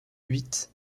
huit